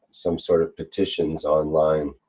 some sort of petitions online,